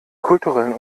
kulturellen